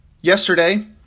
Yesterday